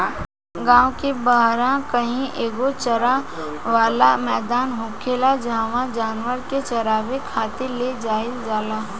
गांव के बाहरा कही एगो चारा वाला मैदान होखेला जाहवा जानवर के चारावे खातिर ले जाईल जाला